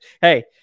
hey